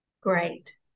Great